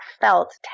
felt